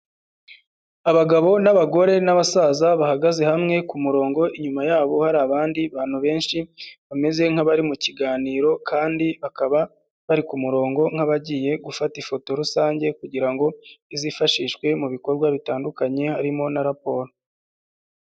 Abagabo n'abagore n'abasaza bahagaze hamwe ku murongo inyuma yabo hari abandi bantu benshi bameze nkabari mu kiganiro kandi bakaba bari ku murongo nk'abagiye gufata ifoto rusange kugira ngo izifashishwe mu bikorwa bitandukanye harimo na raporo.